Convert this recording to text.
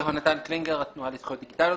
יהונתן קלינגר, התנועה לזכויות דיגיטליות.